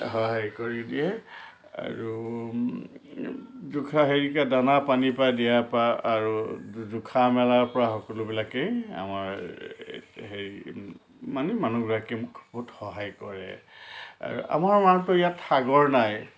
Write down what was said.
সহায় কৰি দিয়ে আৰু জোখা হেৰিকৈ দানা পানীৰ পৰা দিয়াৰ পৰা আৰু জোখা মেলাৰ পৰা সকলোবিলাকেই আমাৰ হেৰি মানে মানুহগৰাকীয়ে মোক বহুত সহায় কৰে আৰু আমাৰ মানেতো ইয়াত সাগৰ নাই